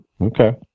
Okay